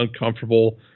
uncomfortable